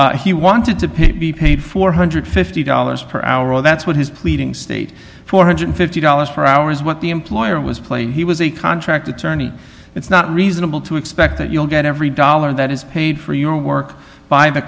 worked he wanted to pay to be paid four hundred and fifty dollars per hour that's what his pleading state four hundred and fifty dollars per hour is what the employer was playing he was a contract attorney it's not reasonable to expect that you'll get every dollar that is paid for your work by the